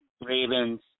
Ravens